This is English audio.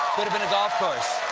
could have been a golf course.